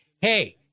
hey